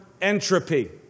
entropy